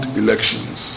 elections